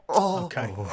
Okay